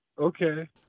Okay